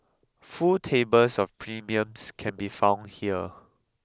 full tables of premiums can be found here